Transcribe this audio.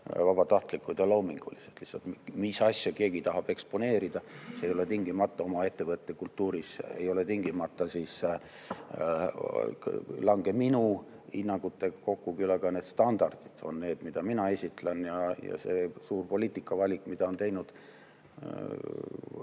vabatahtlikud ja loomingulised. Lihtsalt mis asja keegi tahab eksponeerida, see ei ole tingimata oma ettevõtte kultuuris, ei lange tingimata minu hinnangutega kokku, küll aga need standardid on need, mida mina esitlen, ja see suur poliitikavalik, mida on teinud